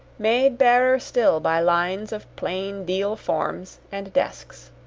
made barer still by lines of plain deal forms and desks.